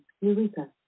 Eureka